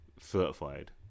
certified